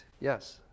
Yes